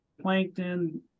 plankton